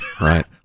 right